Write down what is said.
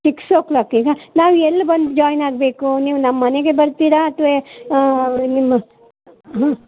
six ಓ ಕ್ಲಾಕಿಗ ನಾವು ಎಲ್ಲಿ ಬಂದು ಜಾಯ್ನ್ ಆಗಬೇಕು ನೀವು ನಮ್ಮ ಮನೆಗೆ ಬರ್ತಿರ ಅಥ್ವಾ ಅವರು ನಿಮ್ಮ ಹಾಂ